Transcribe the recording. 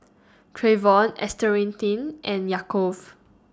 Trayvon Earnestine and Yaakov